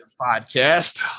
podcast